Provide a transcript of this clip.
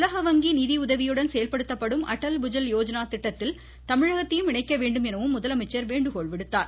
உலக வங்கி நிதி உதவியுடன் செயல்படுத்தப்படும் அட்டல் புஜல் யோஜனா திட்டத்தில் தமிழகத்தையும் இணைக்க வேண்டும் என முதலமைச்சர் வேண்டுகோள் விடுத்தார்